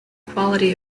quality